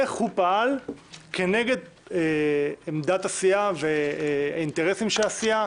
איך הוא פעל כנגד עמדת הסיעה והאינטרסים של הסיעה